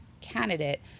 candidate